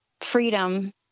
freedom